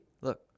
Look